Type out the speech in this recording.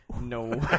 No